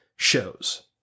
shows